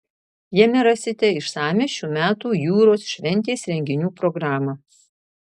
jame rasite išsamią šių metų jūros šventės renginių programą